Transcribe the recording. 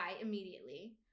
immediately